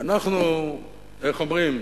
ואנחנו, איך אומרים?